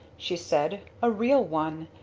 she said. a real one.